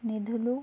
నిధులు